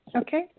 Okay